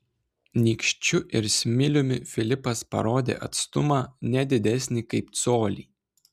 nykščiu ir smiliumi filipas parodė atstumą ne didesnį kaip colį